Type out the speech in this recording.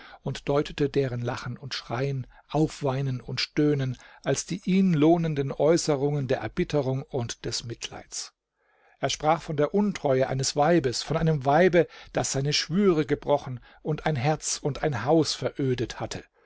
und deutete deren lachen und schreien aufweinen und stöhnen als die ihn lohnenden äußerungen der erbitterung und des mitleids er sprach von der untreue eines weibes von einem weibe das seine schwüre gebrochen und ein herz und ein haus verödet hatte